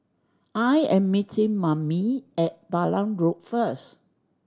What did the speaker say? I am meeting Mammie at Balam Road first